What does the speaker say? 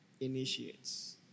initiates